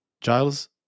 Giles